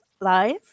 live